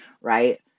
right